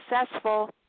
successful